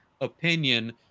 opinion